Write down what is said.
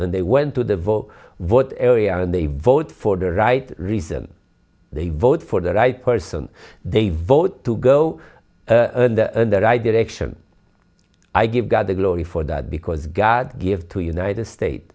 and they went to the vote vote area and they vote for the right reason they vote for the right person they vote to go in the right direction i give god the glory for that because god gave two united states